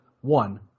one